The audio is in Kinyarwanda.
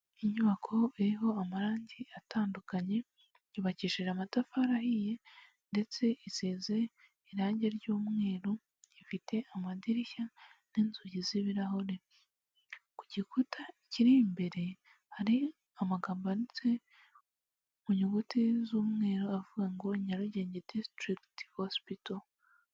Inyubako iriho amarangi atandukanye, yubakishije amatafari ahiye ndetse isize irangi ry'umweru rifite amadirishya n'inzugi z'ibirahure. Ku gikuta kiri imbere hari amagambo yanditse mu nyuguti z'umweru avuga ngo nyarugenge disitirikiti hosipito.